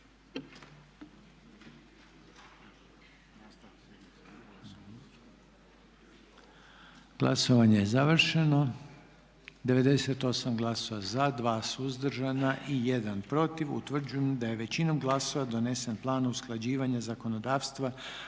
Glasovanje je završeno. 98 glasova za, 2 suzdržana i 1 protiv. Utvrđujem da je većinom glasova donesen Plan usklađivanja zakonodavstva